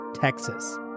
Texas